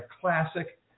classic